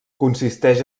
consisteix